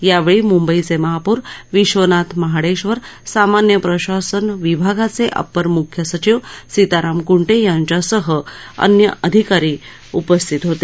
यावेळी मंबईचे महापौर विश्वनाथ महाडेश्वर सामान्य प्रशासन विभागाचे अपर म्ख्य सचिव सीताराम कुंटे यांच्यासह अन्य अधिकारी उपस्थित होते